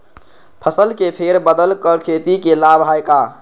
फसल के फेर बदल कर खेती के लाभ है का?